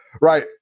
Right